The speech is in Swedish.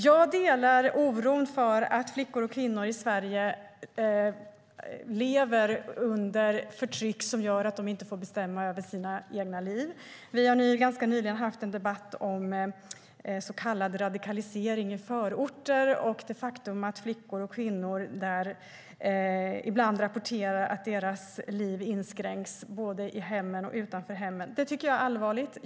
Jag delar oron för att flickor och kvinnor i Sverige lever under förtryck som gör att de inte får bestämma över sina egna liv. Vi har ganska nyligen haft en debatt om så kallad radikalisering i förorter och det faktum att flickor och kvinnor där ibland rapporterar att deras liv inskränks både i hemmen och utanför hemmen. Det tycker jag är allvarligt.